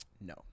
no